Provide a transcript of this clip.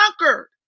conquered